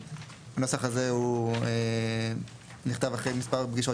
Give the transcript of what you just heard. הנוסח הזה הוא נכתב אחרי מספר פגישות